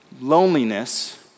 Loneliness